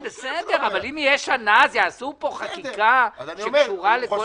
אם תהיה שנה יעשו פה חקיקה שקשורה לכל